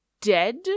dead